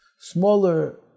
Smaller